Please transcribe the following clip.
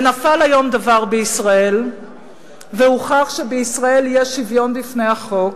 נפל היום דבר בישראל והוכח שבישראל יש שוויון בפני החוק.